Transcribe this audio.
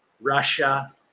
Russia